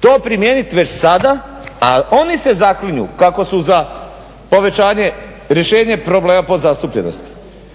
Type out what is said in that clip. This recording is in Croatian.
to primijenit već sada, a oni se zaklinju kako su za povećanje, rješenje problema podzastupljenosti,